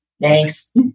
Thanks